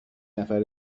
نفر